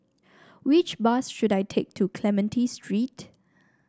which bus should I take to Clementi Street